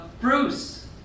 Bruce